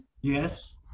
Yes